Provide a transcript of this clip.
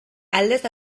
aldez